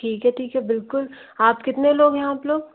ठीक है ठीक है बिल्कुल आप कितने लोग हैं आप लोग